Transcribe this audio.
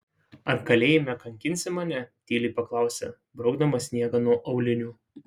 ar kalėjime kankinsi mane tyliai paklausė braukdama sniegą nuo aulinių